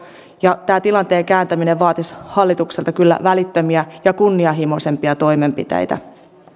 ja tilanteen kääntäminen vaatisi hallitukselta kyllä välittömiä ja kunnianhimoisempia toimenpiteitä